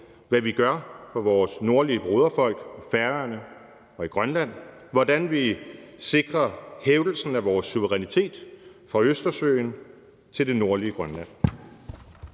hvad vi gør for vores nordlige broderfolk på Færøerne og i Grønland, og hvordan vi sikrer hævdelsen af vores suverænitet fra Østersøen til det nordlige Grønland.